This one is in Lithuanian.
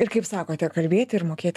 ir kaip sakote kalbėti ir mokėti